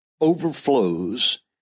overflows